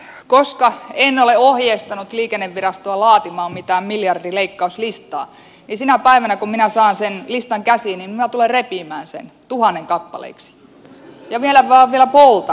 koska en ole ohjeistanut liikennevirastoa laatimaan mitään miljardileikkauslistaa niin sinä päivänä kun minä saan sen listan käsiini minä tulen repimään sen tuhannen kappaleiksi ja vielä poltan ne kappaleet